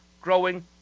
growing